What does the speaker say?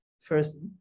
first